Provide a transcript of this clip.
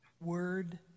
word